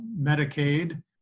Medicaid